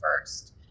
first